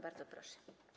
Bardzo proszę.